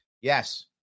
Yes